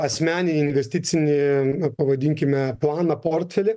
asmeninį investicinį pavadinkime planą portfelį